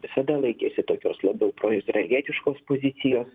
visada laikėsi tokios labiau proizraelietiškos pozicijos